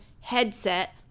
headset